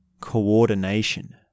Coordination